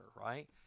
right